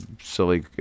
silly